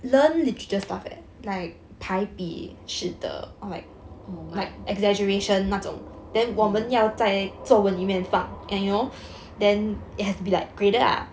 oh !wow!